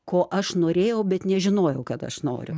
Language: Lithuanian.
ko aš norėjau bet nežinojau kad aš noriu